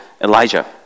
Elijah